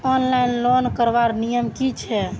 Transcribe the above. Online loan करवार नियम की छे?